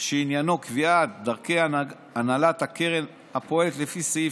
שעניינו קביעת דרכי הנהלת הקרן הפועלת לפי סעיף